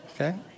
okay